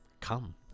come